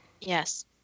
Yes